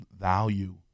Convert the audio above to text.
value